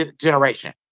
generation